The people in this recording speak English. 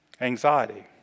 anxiety